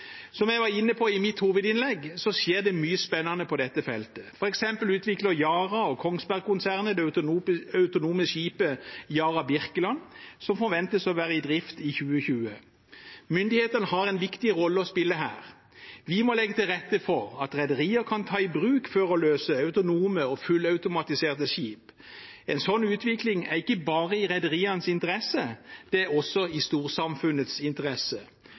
Som jeg var inne på i mitt hovedinnlegg, skjer det mye spennende på dette feltet. For eksempel utvikler Yara og Kongsberg-konsernet det autonome skipet «Yara Birkeland», som forventes å være i drift i 2020. Myndighetene har en viktig rolle å spille her. Vi må legge til rette for at rederier kan ta i bruk førerløse autonome og fullautomatiserte skip. En sånn utvikling er ikke bare i rederienes interesse, det er også i storsamfunnets interesse.